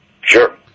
Sure